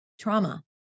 trauma